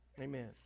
Amen